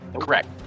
correct